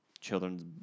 children's